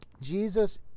Jesus